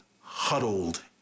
huddled